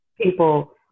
people